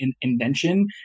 invention